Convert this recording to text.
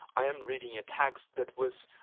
i am reading a text that was